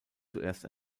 zuerst